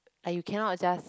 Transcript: like you cannot just